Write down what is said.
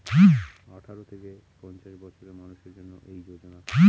আঠারো থেকে পঞ্চাশ বছরের মানুষের জন্য এই যোজনা